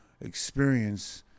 experience